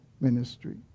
ministry